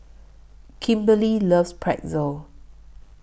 Kimberly loves Pretzel